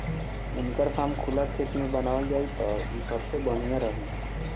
इनकर फार्म खुला खेत में बनावल जाई त उ सबसे बढ़िया रही